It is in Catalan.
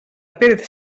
pérez